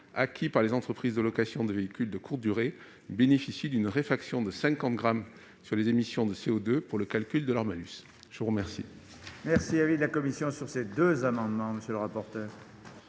acquis par les entreprises de location de véhicules de courte durée, bénéficient d'une réfaction de cinquante grammes sur les émissions de CO2 pour le calcul de leur malus. Quel